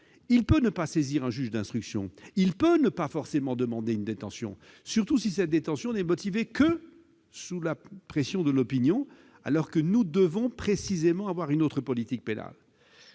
peut ne pas saisir un juge d'instruction. Il peut ne pas forcément demander une détention, surtout si celle-ci n'est motivée que sous la pression de l'opinion. Alors que nous devons promouvoir une autre politique pénale,